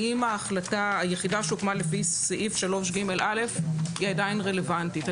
האם היחידה שהוקמה לפי סעיף 3ג(א) היא עדיין רלוונטית?